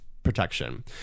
protection